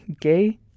gay